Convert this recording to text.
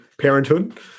parenthood